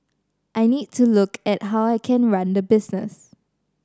I need to look at how I can run the business